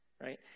Right